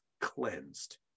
cleansed